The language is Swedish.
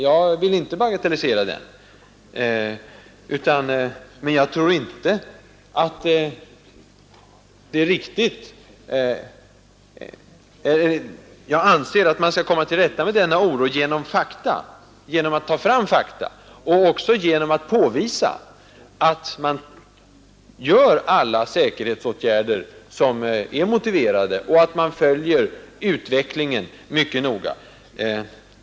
Jag vill inte bagatellisera den, men jag anser att man skall komma till rätta med denna oro genom att ta fram fakta och genom att påvisa att alla de säkerhetsåtgärder vidtas som är motiverade och att utvecklingen följs mycket noga.